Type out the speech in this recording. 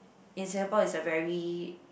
in Singapore is a very